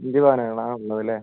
അഞ്ച് പവൻ ആണ് ഉള്ളത് ലെ